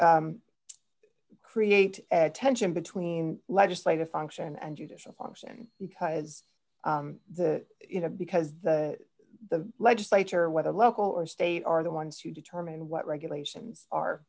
e create a tension between legislative function and judicial function because the you know because the legislature whether local or state are the ones who determine what regulations are